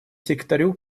секретарю